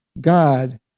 God